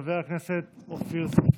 חבר הכנסת אופיר סופר.